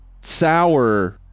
sour